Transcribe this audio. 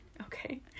okay